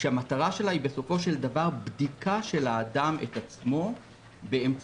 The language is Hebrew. כשהמטרה שלה היא בסופו של דבר בדיקה של האדם את עצמו באמצעות